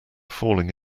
falling